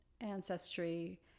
ancestry